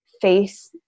face